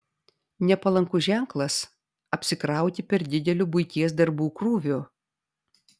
nepalankus ženklas apsikrauti per dideliu buities darbų krūviu